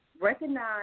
Recognize